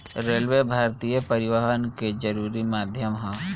railway भारतीय परिवहन के जरुरी माध्यम ह